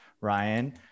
ryan